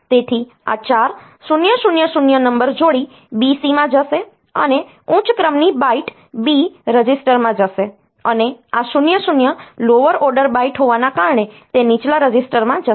તેથી આ 4000 નંબર જોડી BC માં જશે અને ઉચ્ચ ક્રમની બાઈટ B રજીસ્ટરમાં જશે અને આ 00 લોઅર ઓર્ડર બાઈટ હોવાને કારણે તે નીચલા રજીસ્ટરમાં જશે